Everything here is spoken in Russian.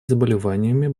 заболеваниями